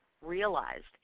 realized